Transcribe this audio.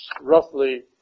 roughly